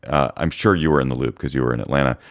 i'm sure you were in the loop because you were in atlanta.